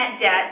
debt